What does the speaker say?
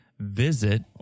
visit